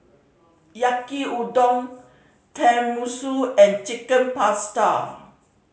Yaki Udon Tenmusu and Chicken Pasta